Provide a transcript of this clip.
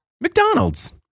McDonald's